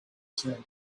said